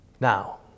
Now